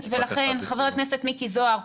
חבר הכנסת מיקי זוהר,